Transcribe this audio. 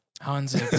Hans